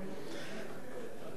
חברי חברי הכנסת,